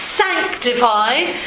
sanctified